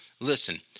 listen